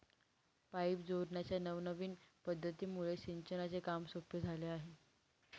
pipe जोडण्याच्या नवनविन पध्दतीमुळे सिंचनाचे काम सोपे झाले आहे